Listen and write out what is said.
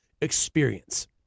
experience